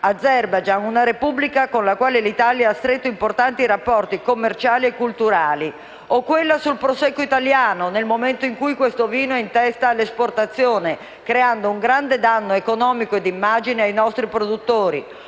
sull'Azerbaigian, una repubblica con la quale l'Italia ha stretto importanti rapporti commerciali e culturali, o quella sul prosecco italiano, nel momento in cui questo vino è in testa all'esportazione, creando un grande danno economico e d'immagine ai nostri produttori,